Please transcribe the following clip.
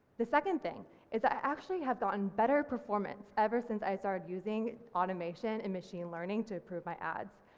the second thing is i actually have gotten better performance ever since i started using automation and machine learning to approve my ads,